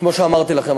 כמו שאמרתי לכם,